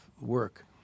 work